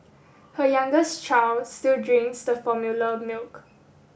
her youngest child still drinks the formula milk